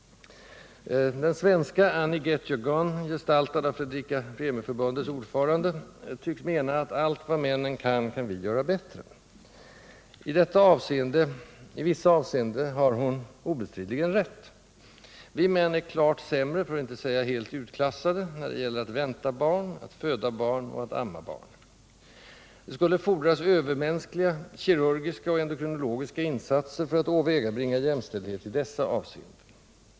Den svenska motsvarigheten till Annie i Annie get your gun, i gestalt av Fredrika-Bremer-Förbundets ordförande, tycks mena att ”allt vad männen kan, kan vi göra bättre”. I vissa avseenden har hon obestridligen rätt. Vi män är klart sämre, för att inte säga helt utklassade, när det gäller att vänta barn, att föda barn och att amma barn. Det skulle fordras övermänskliga kirurgiska och endokrinologiska insatser för att åvägabringa jämställdhet i dessa hänseenden.